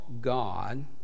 God